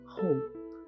hope